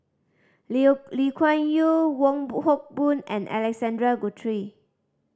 Liu Lee Kuan Yew Wong Hock Boon and Alexander Guthrie